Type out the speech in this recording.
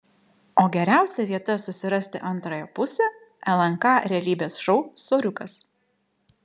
o geriausia vieta susirasti antrąją pusę lnk realybės šou soriukas